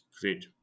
Great